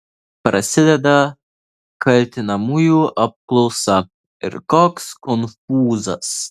prasideda kaltinamųjų apklausa ir koks konfūzas